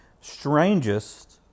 strangest